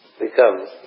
becomes